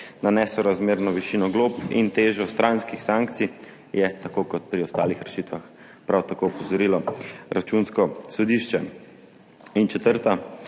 Na nesorazmerno višino glob in težo stranskih sankcij je tako kot pri ostalih rešitvah prav tako opozorilo Računsko sodišče. In četrta